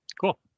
Cool